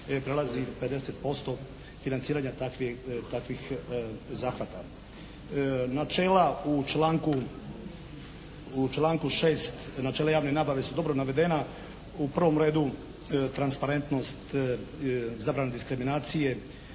prelazi 50% financiranja takve, takvih zahvata. Načela u članku, u članku 6. načela javne nabave su dobro navedena. U prvom redu transparentnost, zabrana diskriminacije,